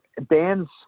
bands